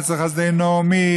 אצל חסדי נעמי,